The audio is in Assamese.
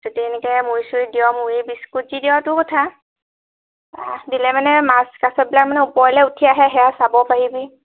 যদি এনেকৈ মুৰি চুৰি দিৱ মুৰি বিস্কুট যি দিৱ তোৰ কথা দিলে মানে মাছ কাছবিলাক মানে ওপৰলৈ উঠি আহে সেয়া চাব পাৰিবি